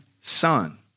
son